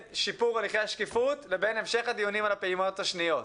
שיפור הליכי השקיפות לבין המשך הדיונים על הפעימות השניות.